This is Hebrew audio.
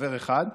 חבר אחד,